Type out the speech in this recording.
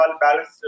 balance